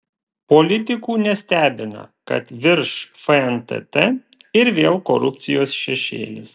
politikų nestebina kad virš fntt ir vėl korupcijos šešėlis